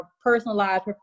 personalized